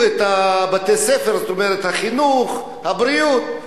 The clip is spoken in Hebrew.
את בתי-הספר, זאת אומרת החינוך, הבריאות.